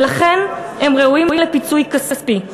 ולכן הן ראויות לפיצוי כספי.